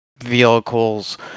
vehicles